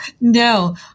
No